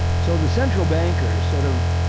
so, the central bankers sort of